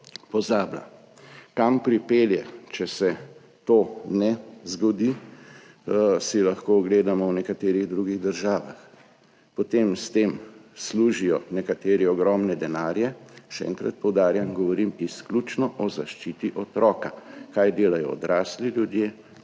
pozablja. Kam pripelje, če se to ne zgodi, si lahko ogledamo v nekaterih drugih državah. S tem potem nekateri služijo ogromne denarje, še enkrat poudarjam, govorim izključno o zaščiti otroka, kaj delajo odrasli ljudje,